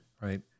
right